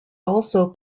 also